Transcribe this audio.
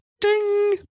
Ding